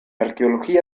arqueología